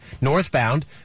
northbound